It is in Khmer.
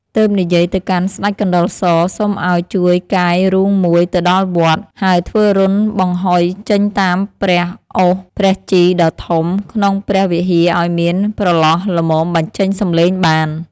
ទើបនិយាយទៅកាន់ស្តេចកណ្តុរ ស សុំឲ្យជួយកាយរូងមួយទៅដល់វត្ត ហើយធ្វើរន្ធបង្ហុយចេញតាមព្រះឱស្ឋព្រះជីដ៏ធំក្នុងព្រះវិហារឲ្យមានប្រឡោះល្មមបញ្ចេញសំឡេងបាន ។